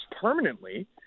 permanently